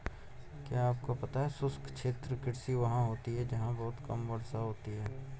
क्या आपको पता है शुष्क क्षेत्र कृषि वहाँ होती है जहाँ बहुत कम वर्षा होती है?